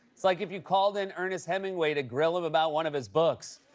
it's like if you called in ernest hemingway to grill him about one of his books.